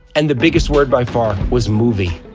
and the biggest word by far was movie.